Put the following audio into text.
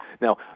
Now